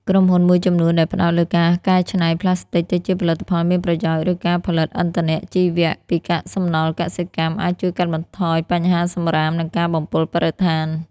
ក្រុមហ៊ុនមួយចំនួនដែលផ្តោតលើការកែច្នៃប្លាស្ទិកទៅជាផលិតផលមានប្រយោជន៍ ឬការផលិតឥន្ធនៈជីវៈពីកាកសំណល់កសិកម្ម អាចជួយកាត់បន្ថយបញ្ហាសំរាម និងការបំពុលបរិស្ថាន។